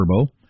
Turbo